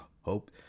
hope